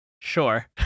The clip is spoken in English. sure